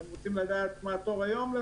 אתם רוצים לדעת מה למשל התור היום?